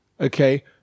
Okay